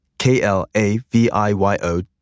k-l-a-v-i-y-o